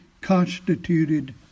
constituted